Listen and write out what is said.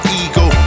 ego